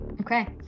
okay